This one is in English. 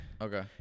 Okay